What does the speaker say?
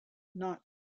not